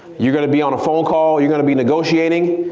you're gonna be on a phone call, you're gonna be negotiating,